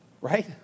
right